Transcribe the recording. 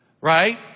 right